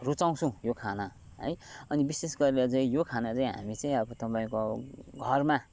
रुचाउँछु यो खाना है अनि विशेष गरेर चाहिँ यो खाना चाहिँ हामी चाहिँ अब तपाईँको घरमा